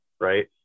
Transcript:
right